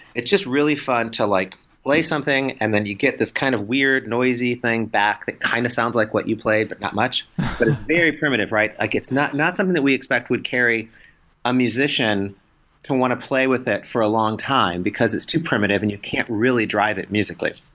it's really fun to like play something and then you get this kind of weird noisy thing back that kind of sounds like what you played, but not much. it's very primitive, right? like it's not not something that we expect would carry a musician to want to play with it for a long time, because it's too primitive and you can't really drive it musically.